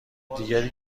دیگری